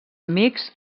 amics